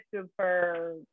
super